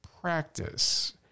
practice